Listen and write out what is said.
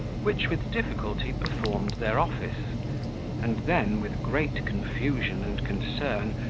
which with difficulty performed their office and then, with great confusion and concern,